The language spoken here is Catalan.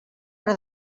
hora